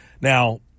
now